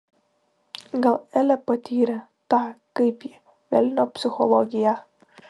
gal elė patyrė tą kaip jį velniop psichologiją